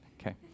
Okay